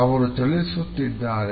ಅವರು ಚಲಿಸುತ್ತಿದ್ದಾರೆ